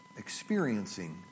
Experiencing